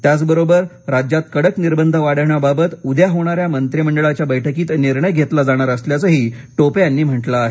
त्याचबरोबर राज्यात कडक निर्बंध वाढवण्याबाबत उद्या होणाऱ्या मंत्रिमंडळाच्या बैठकीत निर्णय घेतला जाणार असल्याचंही टोपे यांनी म्हटलं आहे